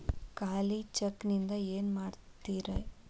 ಖಾಲಿ ಚೆಕ್ ನಿಂದ ಏನ ಮಾಡ್ತಿರೇ?